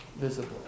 visible